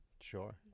sure